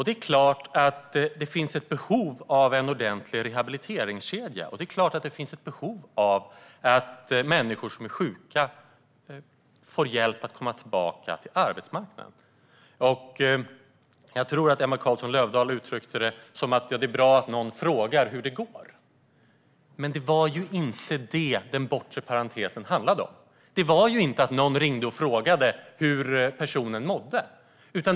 Det är klart att det finns ett behov av en ordentlig rehabiliteringskedja, och det är klart att det finns ett behov av att människor som är sjuka får hjälp att komma tillbaka till arbetsmarknaden. Jag tror att Emma Carlsson Löfdahl uttryckte det som att det är bra att någon frågar hur det går. Men det var ju inte detta som den bortre parentesen handlade om - att någon ringde och frågade hur personen mådde.